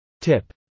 Tip